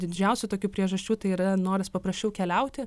didžiausių tokių priežasčių tai yra noras paprasčiau keliauti